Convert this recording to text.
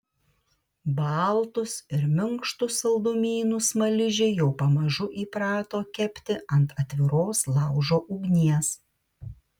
baltus ir minkštus saldumynus smaližiai jau pamažu įprato kepti ant atviros laužo ugnies